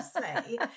say